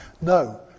No